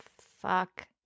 Fuck